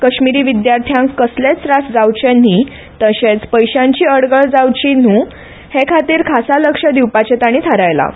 कश्मीरी विद्यार्थ्यांक कसलेच त्रास जावचे न्हय तशेंच पयशांची अडचण जावची न्हय हे खातीर खासा लक्ष दिवपाचे तांणी थारायलां